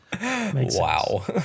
Wow